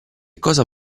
cosa